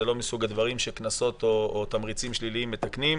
כי זה לא מסוג הדברים שקנסות או תמריצים שליליים מתקנים.